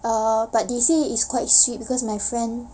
err but they say it's quite sweet because my friend